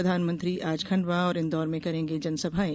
प्रधानमंत्री आज खंडवा और इंदौर में करेंगे जनसभाएं